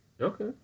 okay